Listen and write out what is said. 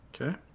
okay